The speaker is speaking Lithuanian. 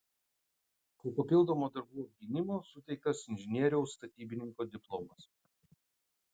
po papildomo darbų apgynimo suteiktas inžinieriaus statybininko diplomas